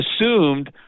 assumed